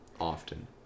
often